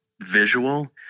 visual